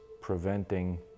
preventing